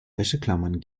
wäscheklammern